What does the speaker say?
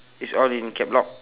it's all in caps lock